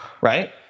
right